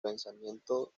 pensamiento